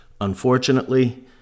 unfortunately